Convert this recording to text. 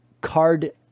card